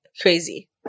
crazy